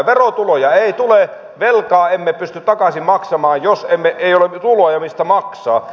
verotuloja ei tule ja velkaa emme pysty takaisin maksamaan jos ei ole tuloja mistä maksaa